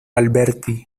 alberti